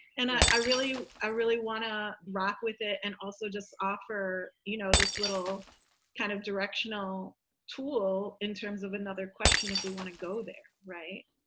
and i really i really want to rock with it. and also just offer, you know, this little kind of directional tool in terms of another question, if we want to go there. right.